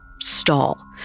stall